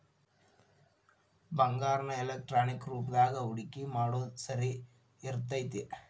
ಬಂಗಾರಾನ ಎಲೆಕ್ಟ್ರಾನಿಕ್ ರೂಪದಾಗ ಹೂಡಿಕಿ ಮಾಡೊದ್ ಸರಿ ಇರ್ತೆತಿ